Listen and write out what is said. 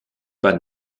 pas